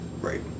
Right